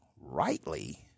rightly